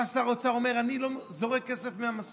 בא שר האוצר, אומר: אני לא זורק כסף ממסוקים.